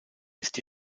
ist